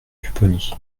pupponi